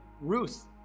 Ruth